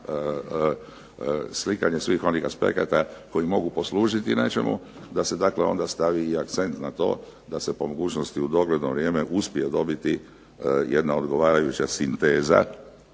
slikanje svih onih aspekata koji mogu poslužiti nečemu da se dakle onda stavi i akcent na to da se po mogućnosti u dogledno vrijeme uspije dobiti jedna odgovarajuća sinteza